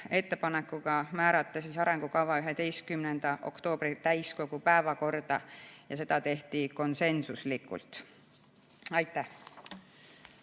ettepaneku määrata arengukava 11. oktoobri täiskogu päevakorda ja seda tehti konsensuslikult. Aitäh!